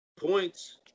Points